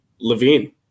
Levine